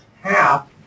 half